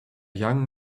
young